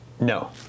No